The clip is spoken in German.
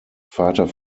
vater